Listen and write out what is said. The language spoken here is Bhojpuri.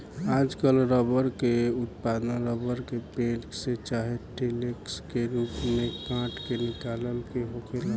आजकल रबर के उत्पादन रबर के पेड़, से चाहे लेटेक्स के रूप में काट के निकाल के होखेला